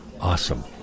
awesome